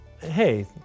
Hey